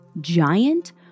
giant